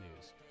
news